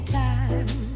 time